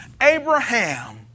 Abraham